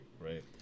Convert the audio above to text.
right